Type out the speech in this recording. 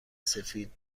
سفید